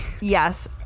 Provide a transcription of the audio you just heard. yes